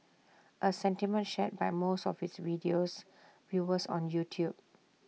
A sentiment shared by most of its video's viewers on YouTube